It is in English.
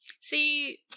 See